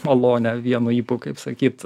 malonę vienu ypu kaip sakyt